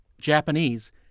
Japanese